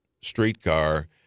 streetcar